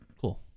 cool